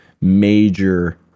major